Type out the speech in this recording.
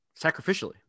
Sacrificially